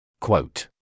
Quote